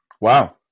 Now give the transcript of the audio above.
Wow